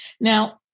Now